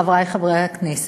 חברי חברי הכנסת,